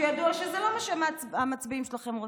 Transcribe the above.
כשידוע שזה לא מה שהמצביעים שלכם רוצים.